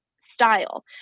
style